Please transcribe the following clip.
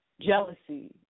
jealousy